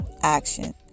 action